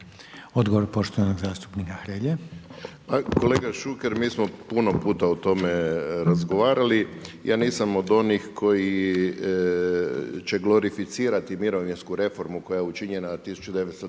Odgovor poštovanog zastupnika Hrelje. **Hrelja, Silvano (HSU)** Kolega Šuker, mi smo puno puta o tome razgovarali, ja nisam od onih koji će glorificirati mirovinsku reformu koja je učinjena 1998.,